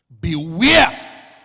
Beware